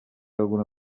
alguna